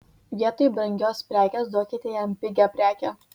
vietoj brangios prekės duokite jam pigią prekę